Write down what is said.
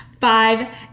five